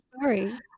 sorry